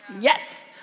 yes